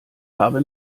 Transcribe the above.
habe